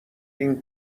این